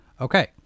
Okay